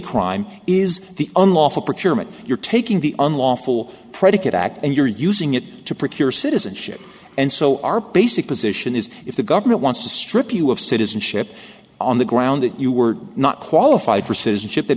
crime is the unlawful procurement you're taking the unlawful predicate act and you're using it to procure citizenship and so our basic position is if the government wants to strip you of citizenship on the ground that you were not qualified for citizenship